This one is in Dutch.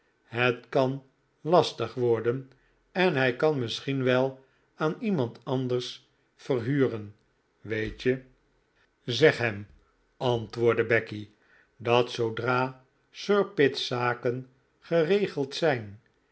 het kan lastig worden en hij kan misschien wel aan iemand anders verhuren weet je zeg hem antwoordde becky dat zoodra sir pitt's zaken geregeld zijn